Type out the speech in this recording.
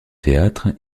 théâtre